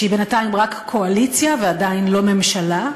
שבינתיים היא רק קואליציה ועדיין לא ממשלה,